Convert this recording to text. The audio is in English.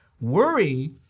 Worry